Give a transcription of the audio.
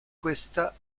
questa